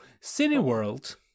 Cineworld